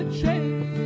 change